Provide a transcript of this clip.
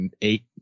eight